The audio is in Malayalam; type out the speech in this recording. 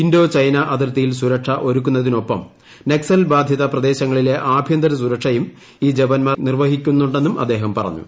ഇന്തോ ചൈന അതിർത്തിയിൽ സുരക്ഷ ഒരുക്കുന്നതിനൊപ്പം നക്സൽ ബാധിത പ്രദേശങ്ങളിലെ ആഭ്യന്തര സുരക്ഷയും ഈ ജവാന്മാർ നിർവ്വഹിക്കുന്നുണ്ടെന്നും അദ്ദേഹം പറഞ്ഞു